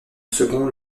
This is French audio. second